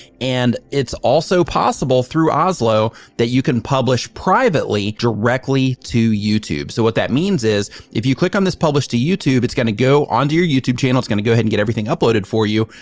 and it's also possible through oslo that you can publish privately directly to youtube. so what that means is if you click on this publish to youtube, it's gonna go onto your youtube channel it's gonna go ahead and get everything uploaded for you,